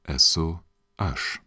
esu aš